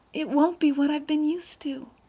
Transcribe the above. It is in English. it won't be what i've been used to.